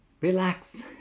relax